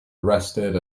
arrested